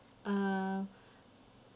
uh